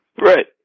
Right